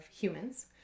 humans